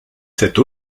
cette